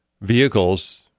vehicles